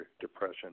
depression